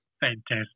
Fantastic